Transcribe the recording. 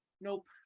nope